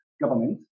government